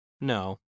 No